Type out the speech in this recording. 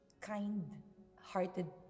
kind-hearted